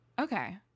Okay